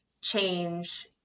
change